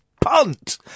punt